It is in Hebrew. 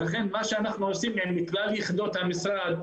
ולכן מה שאנחנו עושים עם כלל יחידות המשרד,